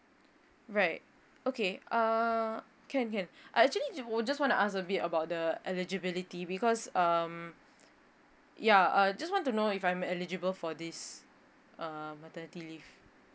right okay uh can can I actually would just want to ask a bit about the eligibility because um ya uh just want to know if I'm eligible for this uh maternity leave